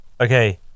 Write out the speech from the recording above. Okay